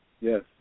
yes